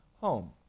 home